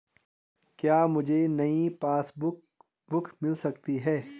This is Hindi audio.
क्या मुझे नयी पासबुक बुक मिल सकती है?